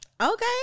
Okay